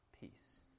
peace